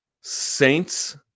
Saints